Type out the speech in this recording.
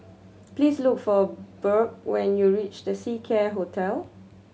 please look for Burke when you reach The Seacare Hotel